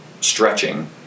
stretching